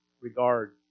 regard